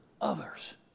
others